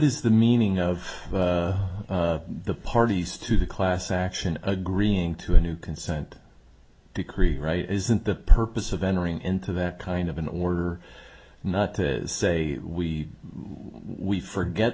is the meaning of the parties to the class action agreeing to a new consent decree right isn't the purpose of entering into that kind of an order not to say we we forget